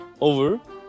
over